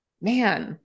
man